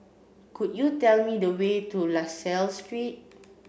could you tell me the way to La Salle Street